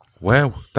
Wow